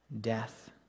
death